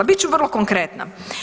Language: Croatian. Bit ću vrlo konkretna.